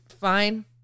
fine